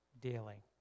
daily